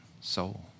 soul